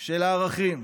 של הערכים,